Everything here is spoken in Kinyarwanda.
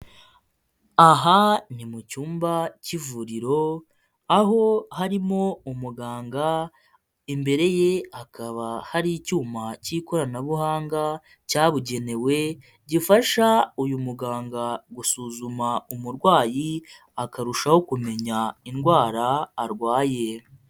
Aha ni mu cyumba cy'ivuriro, aho harimo umuganga, imbere ye hakaba hari icyuma cy'ikoranabuhanga cyabugenewe, gifasha uyu muganga gusuzuma umurwayi, akarushaho kumenya indwara arwaye.